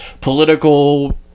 political